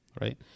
right